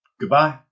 Goodbye